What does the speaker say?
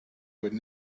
would